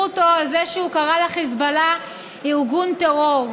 אותו על זה שהוא קרא לחיזבאללה ארגון טרור.